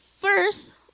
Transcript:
First